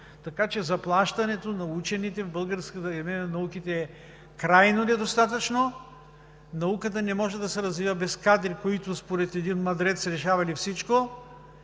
така че заплащането на учените в Българската академия на науките е крайно недостатъчно. Науката не може да се развива без кадри, които според един мъдрец са решавали всичко,